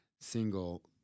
single